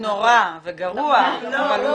נורא וגרוע.